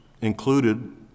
included